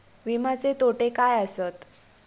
विमाचे तोटे काय आसत?